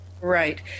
Right